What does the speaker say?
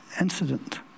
incident